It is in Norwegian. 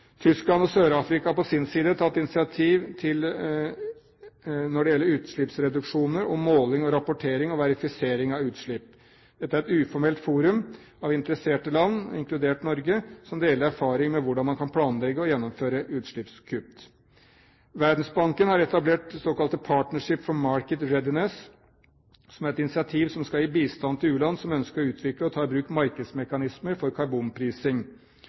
Tyskland og Sør-Afrika har på sin side tatt initiativ når det gjelder utslippsreduksjoner og måling, rapportering og verifisering av utslipp. Dette er et uformelt forum av interesserte land, inkludert Norge, som deler erfaringer om hvordan man kan planlegge og gjennomføre utslippskutt. Verdensbanken har etablert det såkalte Partnership for Market Readiness, som er et initiativ som skal gi bistand til u-land som ønsker å utvikle og ta i bruk markedsmekanismer for karbonprising.